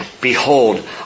Behold